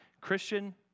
Christian